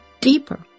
deeper